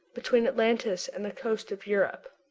between atlantis and the coast of europe.